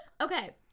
okay